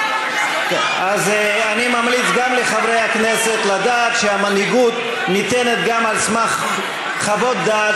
אז אני ממליץ גם לחברי הכנסת לדעת שהמנהיגות ניתנת גם על סמך חוות דעת